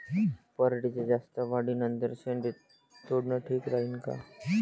पराटीच्या जास्त वाढी नंतर शेंडे तोडनं ठीक राहीन का?